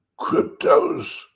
cryptos